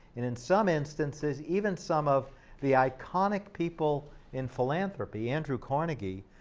in in some instances, even some of the iconic people in philanthropy, andrew carnegie,